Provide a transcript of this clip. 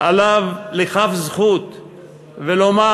עליו זכות ולומר: